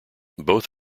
both